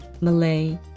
Malay